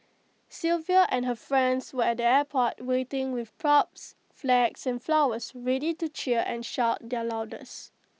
Sylvia and her friends were at the airport waiting with props flags and flowers ready to cheer and shout their loudest